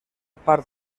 part